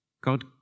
God